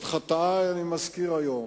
את חטאי אני מזכיר היום.